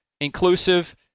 inclusive